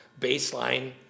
baseline